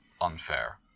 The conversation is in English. unfair